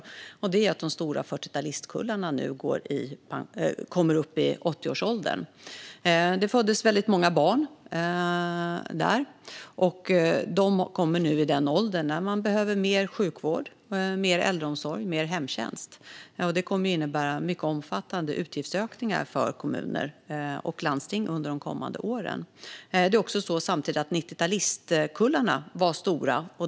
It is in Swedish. Nu kommer nämligen de stora 40-talistkullarna upp i 80-årsåldern. Väldigt många barn föddes på 40-talet, och de kommer nu upp i den ålder då man behöver mer sjukvård, äldreomsorg och hemtjänst. Detta kommer under kommande år att innebära mycket omfattande utgiftsökningar för kommuner och landsting. Samtidigt var också 90-talistkullarna stora.